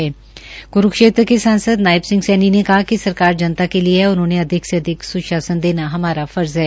इस अवसर पर क्रूक्षेत्र के सांसद नायब सिंह सैनी ने कहा कि सरकार जनता के लिए है और उन्हें अधिक से अधिक सुशासन हमारा फर्ज है